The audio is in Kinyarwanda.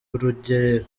rugerero